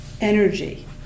energy